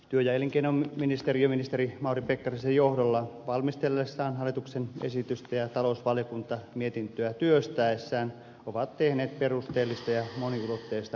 työ ja elinkeinoministeriö ministeri mauri pekkarisen johdolla valmistellessaan hallituksen esitystä ja talousvaliokunta mietintöä työstäessään ovat tehneet perusteellista ja moniulotteista työtä